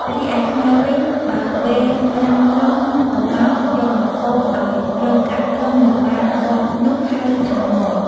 រីឯខ្មែរវិញ បើពេលត្រាំត្រុំ និងកំបោរ យកមកកូរឱ្យរងកាកត្រុំនៅបាត កកនោះហៅថា ម៉។